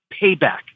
payback